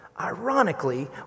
Ironically